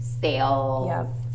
sales